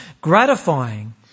gratifying